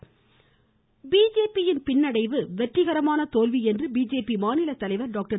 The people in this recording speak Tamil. தேர்தல் தமிழிசை பிஜேபியின் பின்னடைவு வெற்றிகரமான தோல்வி என்று பிஜேபி மாநில தலைவர் டாக்டர்